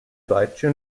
deutsche